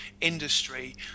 industry